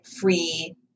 free